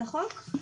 לחוק.